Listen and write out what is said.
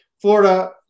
Florida